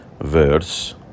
verse